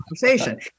conversation